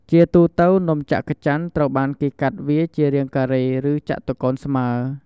ជាទូទៅ នំច័ក្កច័នត្រូវបានគេកាត់វាជារាងការ៉េ ឬចតុកោណស្មើ។